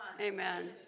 Amen